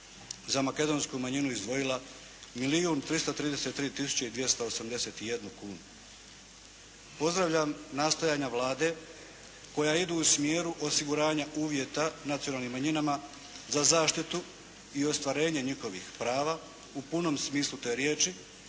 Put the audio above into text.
za makedonsku manjinu izdvojila milijun 333 tisuće i 281 kunu. Pozdravljam nastojanja Vlada koja idu u smjeru osiguranja uvjeta nacionalnim manjinama za zaštiti i ostvarenja njihovih prava u punom smislu te riječi